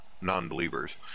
non-believers